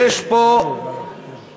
יש פה התנהלות